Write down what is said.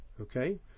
okay